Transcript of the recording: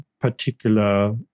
particular